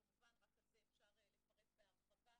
כמובן, רק על זה אפשר לפרט בהרחבה,